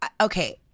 Okay